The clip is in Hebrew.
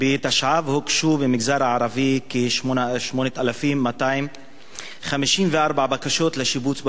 בתשע"ב הוגשו במגזר הערבי כ-8,254 בקשות לשיבוץ בהוראה,